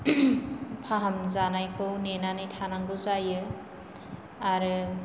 फाहामजानायखौ नेनानै थानांगौ जायो आरो